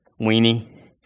weenie